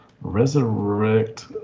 Resurrect